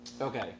okay